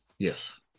yes